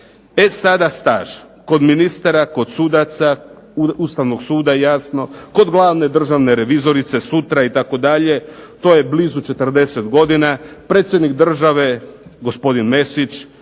E sada staž. Kod ministara, kod sudaca Ustavnog suda, kod glavne državne revizorice sutra itd., to je blizu 40 godina, predsjednik Države gospodin Mesić